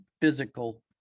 physical